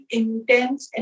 intense